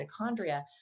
mitochondria